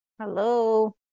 Hello